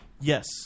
Yes